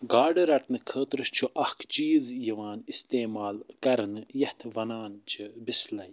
گاڈٕ رٹنہٕ خٲطرٕ چھُ اَکھ چیٖز یِوان استعمال کرنہٕ یَتھ وَنان چھِ بِسلاے